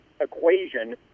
equation